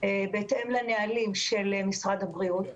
בהתאם לנהלים של משרד הבריאות.